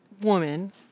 woman